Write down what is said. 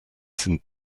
sind